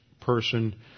person